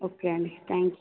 okay అండి thanks